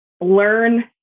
learn